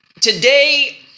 Today